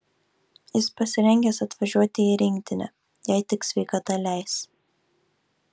jis pasirengęs atvažiuoti į rinktinę jei tik sveikata leis